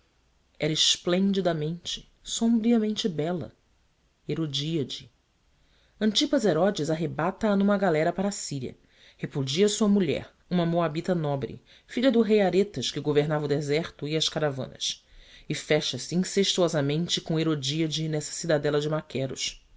era esplendidamente sombriamente bela herodíade antipas herodes arrebata a numa galera para a síria repudia sua mulher uma moabita nobre filha do rei aretas que governava o deserto e as caravanas e fecha-se incestuosamente com herodíade nessa cidadela de maqueros